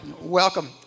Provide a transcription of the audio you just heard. Welcome